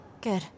good